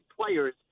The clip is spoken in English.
players